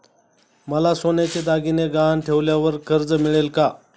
मला सोन्याचे दागिने गहाण ठेवल्यावर कर्ज मिळेल का?